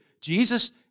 Jesus